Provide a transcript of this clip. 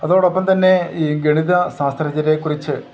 അതോടൊപ്പം തന്നെ ഈ ഗണിത ശാസ്ത്രജ്ഞരെക്കുറിച്ച്